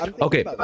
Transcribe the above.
okay